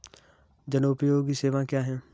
जनोपयोगी सेवाएँ क्या हैं?